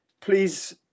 please